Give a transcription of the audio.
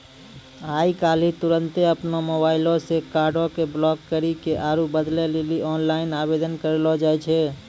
आइ काल्हि तुरन्ते अपनो मोबाइलो से कार्डो के ब्लाक करि के आरु बदलै लेली आनलाइन आवेदन करलो जाय छै